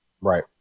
Right